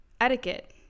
etiquette